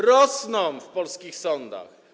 Rosną w polskich sądach.